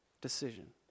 decision